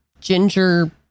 ginger